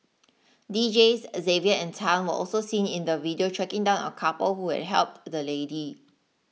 Deejays Xavier and Tan were also seen in the video tracking down a couple who had helped the lady